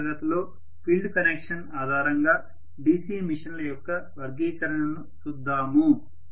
తరువాతి తరగతిలో field connection ఆధారంగా DC మెషిన్ ల యొక్క వర్గీకరణను చూద్దాము